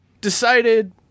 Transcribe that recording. decided